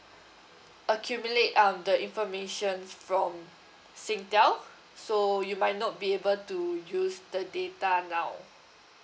accumulate um the information from SINGTEL so you might not be able to use the data now